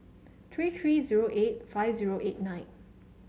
three three zero eight five zero eight nine